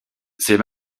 ces